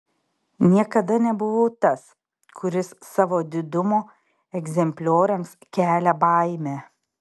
niekada nebuvau tas kuris savo didumo egzemplioriams kelia baimę